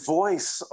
voice